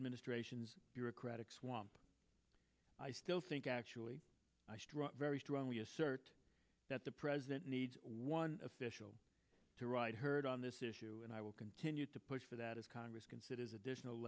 administration's bureaucratic swamp i still think actually i very strongly assert that the president needs one official to ride herd on this issue and i will continue to push for that as congress considers additional